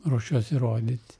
ruošiuosi rodyt